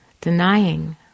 denying